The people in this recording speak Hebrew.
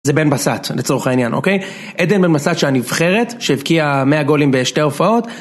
זה בן בסט לצורך העניין, אוקיי? עדן בן בסט שהנבחרת, שהבקיעה 100 גולים בשתי הופעות